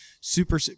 Super